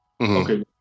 Okay